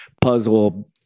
puzzle